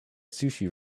sushi